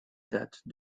date